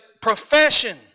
profession